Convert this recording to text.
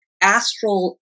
astral